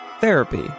therapy